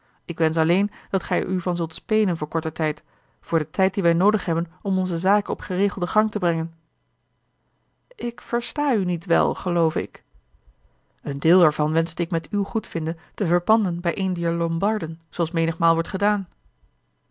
ik wensch alleen dat gij er u van zult spenen voor korten tijd voor den tijd dien wij noodig hebben om onze zaken op geregelden gang te brengen ik versta u niet wel geloove ik en deel er van wenschte ik met uw goedvinden te verpanden bij een dier lombarden zooals menigmaal wordt gedaan